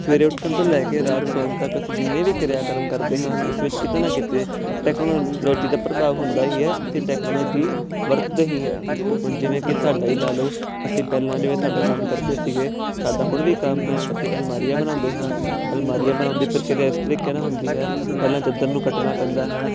ਸਵੇਰੇ ਉੱਠਣ ਤੋਂ ਲੈ ਕੇ ਰਾਤ ਸੌਣ ਤੱਕ ਅਸੀਂ ਜਿੰਨੇ ਵੀ ਕਿਰਿਆ ਕਰਮ ਕਰਦੇ ਹਾਂ ਉਸ ਵਿੱਚ ਕਿਤੇ ਨਾ ਕਿਤੇ ਟੈਕਨੋਲੋਜੀ ਦਾ ਪ੍ਰਭਾਵ ਹੁੰਦਾ ਹੀ ਹੈ ਅਤੇ ਟੈਕਨੋਲੋਜੀ ਵਰਤਦੇ ਹੀ ਹਾਂ ਹੁਣ ਜਿਵੇਂ ਕਿ ਸਾਡਾ ਹੀ ਲਾ ਲਓ ਅਸੀਂ ਪਹਿਲਾਂ ਜਿਵੇਂ ਸਾਡਾ ਕੰਮ ਕਰਦੇ ਸੀਗੇ ਸਾਡਾ ਹੁਣ ਵੀ ਕੰਮ ਹੈ ਅਸੀਂ ਅਲਮਾਰੀਆਂ ਬਣਾਉਂਦੇ ਹਾਂ ਅਲਮਾਰੀਆਂ ਬਣਾਉਣ ਦੀ ਪ੍ਰਕਿਰਿਆ ਇਸ ਤਰੀਕੇ ਨਾਲ ਹੁੰਦੀ ਹੈ ਪਹਿਲਾਂ ਚਾਦਰ ਨੂੰ ਕੱਟਣਾ ਪੈਂਦਾ ਹੈ